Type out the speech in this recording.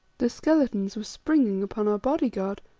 the skeletons were springing upon our body-guard,